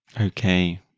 Okay